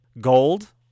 Gold